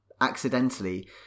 accidentally